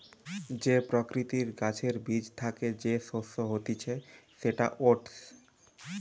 যে প্রকৃতির গাছের বীজ থ্যাকে যে শস্য হতিছে সেটা ওটস